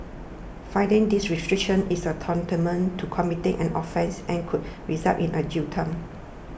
flouting these restrictions is tantamount to committing an offence and could result in a jail term